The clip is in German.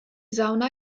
sauna